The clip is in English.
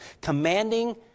commanding